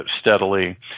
steadily